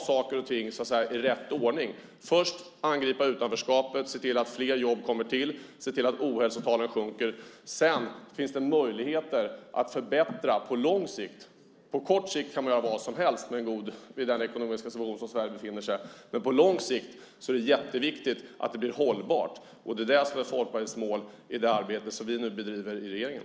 Saker och ting måste göras i rätt ordning. Först ska utanförskapet angripas, det vill säga vi ska se till att det blir fler jobb och se till att ohälsotalen sjunker. Sedan ska det vara möjligt att förbättra på lång sikt. På kort sikt kan vad som helst göras med den goda ekonomi som Sverige befinner sig i, men på lång sikt är det viktigt att det blir hållbart. Det är det som är Folkpartiets mål i det arbete som vi nu bedriver i regeringen.